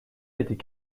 était